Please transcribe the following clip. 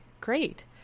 Great